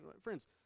Friends